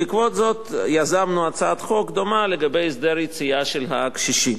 בעקבות זאת יזמנו הצעת חוק דומה לגבי הסדר יציאה של הקשישים.